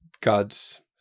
God's